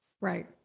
Right